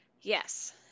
yes